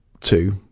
two